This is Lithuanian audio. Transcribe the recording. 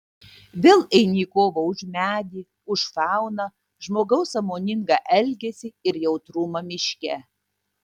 vėl eini į kovą už medį už fauną žmogaus sąmoningą elgesį ir jautrumą miške